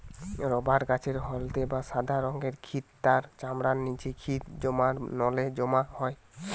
rubber গাছের হলদে বা সাদা রঙের ক্ষীর তার চামড়ার নিচে ক্ষীর জমার নলে জমা হয়